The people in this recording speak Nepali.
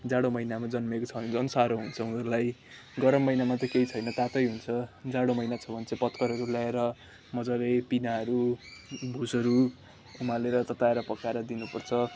जाडो महिनामा जन्मेको छ भने झन् साह्रो हुन्छ उनीहरूलाई गरम महिनामा त केही छैन तातै हुन्छ जाडो महिना छ भने चाहिँ पत्करहरू ल्याएर मजाले पिनाहरू भुसहरू उमालेर तताएर पकाएर दिनुपर्छ